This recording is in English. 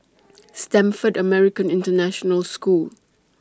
Stamford American International School